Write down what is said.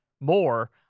more